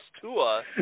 Tua